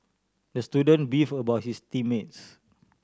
the student beefed about his team mates